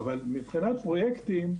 אבל, מבחינת פרויקטים,